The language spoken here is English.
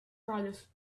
produce